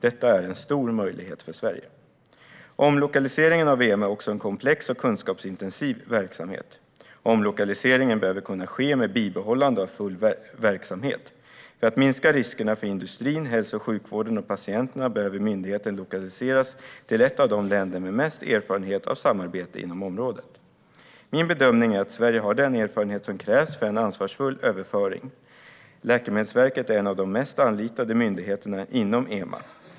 Detta är en stor möjlighet för Sverige. Omlokaliseringen av EMA är också en komplex och kunskapsintensiv verksamhet. Omlokaliseringen behöver kunna ske med bibehållande av full verksamhet. För att minska riskerna för industrin, hälso och sjukvården och patienterna behöver myndigheten lokaliseras till ett av de länder med mest erfarenhet av samarbete inom området. Min bedömning är att Sverige har den erfarenhet som krävs för en ansvarsfull överföring. Läkemedelsverket är en av de mest anlitade myndigheterna inom EMA.